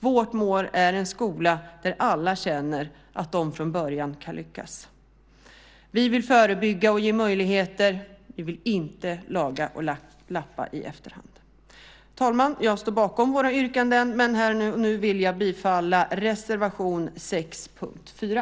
Vårt mål är en skola där alla känner att de från början kan lyckas. Vi vill förebygga och ge möjligheter. Vi vill inte laga och lappa i efterhand. Herr talman! Jag står bakom våra yrkanden, men här och nu vill jag yrka bifall till reservation 6 under punkt 4.